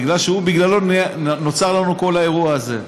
כי בגללו נוצר לנו כל האירוע הזה.